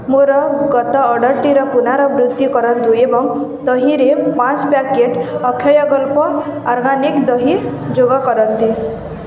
ମୋର ଗତ ଅର୍ଡ଼ର୍ଟିର ପୁନରାବୃତ୍ତି କରନ୍ତୁ ଏବଂ ତହିଁରେ ପାଞ୍ଚ ପ୍ୟାକେଟ୍ ଅକ୍ଷୟଗଳ୍ପ ଅର୍ଗାନିକ୍ ଦହି ଯୋଗ କରନ୍ତି